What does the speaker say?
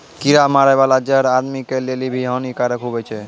कीड़ा मारै बाला जहर आदमी के लेली भी हानि कारक हुवै छै